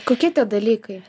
kokie tie dalykai